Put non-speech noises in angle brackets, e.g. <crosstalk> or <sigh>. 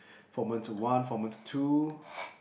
<breath> formant to one formant two